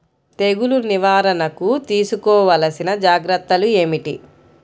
తెగులు నివారణకు తీసుకోవలసిన జాగ్రత్తలు ఏమిటీ?